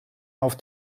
auf